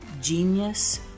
Genius